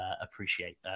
appreciate